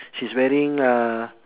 she's wearing uh